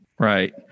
Right